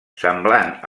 semblant